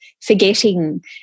forgetting